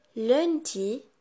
Lundi